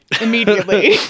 immediately